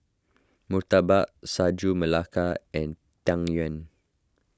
Murtabak Sagu Melaka and Tang Yuen